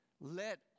Let